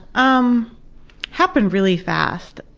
um happened really fast.